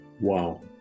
Wow